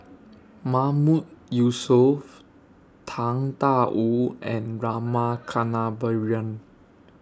Mahmood Yusof Tang DA Wu and Rama Kannabiran